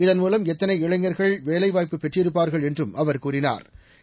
இதன்மூலம் எத்தளை இளைஞா்கள் வேலைவாய்ப்பு பெற்றிருப்பாா்கள் என்றும் அவா் கூறினாா்